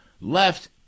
left